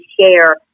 share